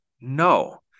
No